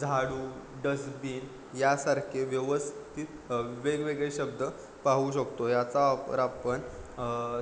झाडू डस्टबिन यासारखे व्यवस्थित वेगवेगळे शब्द पाहू शकतो याचा वापर आपण